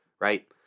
right